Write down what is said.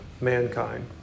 mankind